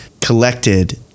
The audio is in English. collected